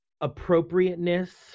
appropriateness